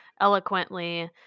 eloquently